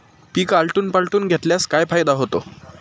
पीक आलटून पालटून घेतल्यास काय फायदा होतो?